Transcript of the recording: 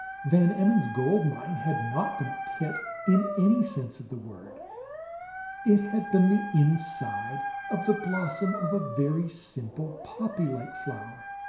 van emmon's gold mine had not been a pit in any sense of the word it had been the inside of the blossom of a very simple, poppy-like flower.